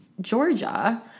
Georgia